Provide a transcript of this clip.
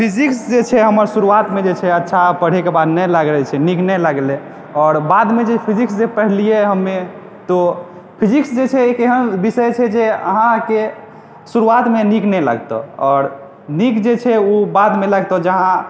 physics जे छै हमरा शुरुआतमे जे अच्छा पढ़ैके बाद नहि लागै छै नीक नहि लागलै आओर बादमे जे फिजिक्स जे पढ़लियै हम्मे तऽ फिजिक्स जे छै एक एहन विषय छै जे अहाँके शुरुआतमे नीक नहि लागतौ आओर नीक जे छै उ बादमे लगतौ जहाँ